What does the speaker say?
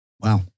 Wow